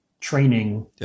training